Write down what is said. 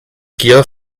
gier